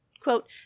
Quote